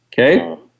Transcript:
Okay